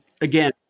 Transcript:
Again